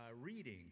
reading